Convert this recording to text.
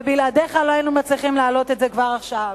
ובלעדיך לא היינו מצליחים להעלות את זה כבר עכשיו.